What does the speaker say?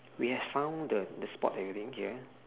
we have found the the spot that we didn't get